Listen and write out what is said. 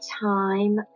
time